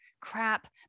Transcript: crap